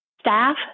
staff